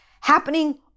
happening